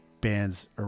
bands